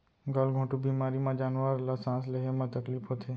गल घोंटू बेमारी म जानवर ल सांस लेहे म तकलीफ होथे